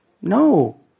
No